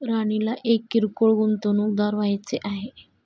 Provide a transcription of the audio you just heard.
राणीला एक किरकोळ गुंतवणूकदार व्हायचे आहे